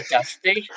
Dusty